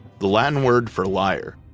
the latin word for liar.